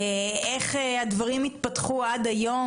ואיך הדברים התפתחו עד היום.